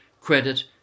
credit